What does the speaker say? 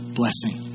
blessing